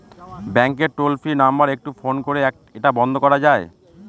ব্যাংকের toll free number একটু phone করে এটা বন্ধ করা যায়?